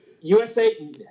USA